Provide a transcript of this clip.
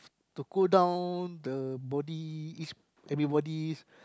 to cool down the body each everybody